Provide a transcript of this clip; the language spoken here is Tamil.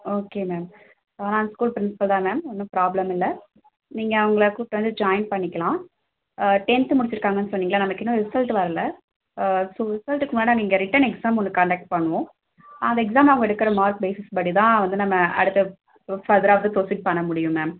ஓகே மேம் நான் ஸ்கூல் ப்ரின்ஸிபல் தான் மேம் ஒன்றும் ப்ராப்லம் இல்லை நீங்க அவர்களை கூப்பிட்டு வந்து ஜாயின் பண்ணிக்கலாம் டென்த் முடிச்சுருக்காங்கனு சொன்னீங்களா அதுக்கு இன்னும் ரிசல்ட் வரலை ஸோ ரிசல்ட்டுக்கு முன்னே ரிட்டன் எக்ஸாம் ஒன்று கண்டக்ட் பண்ணுவோம் அந்த எக்ஸாமில் அவங்க எடுக்கிற மார்க் பேஸீஸ்படிதான் நம்ம அடுத்தது ஃபர்தர்ராக வந்து ப்ரொசீட் பண்ணமுடியும் மேம்